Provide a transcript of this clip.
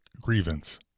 grievance